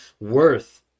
worth